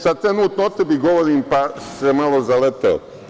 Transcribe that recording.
Sada trenutno o tebi govorim, pa se malo zaleteo.